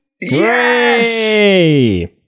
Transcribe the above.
Yes